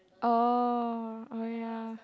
oh oh ya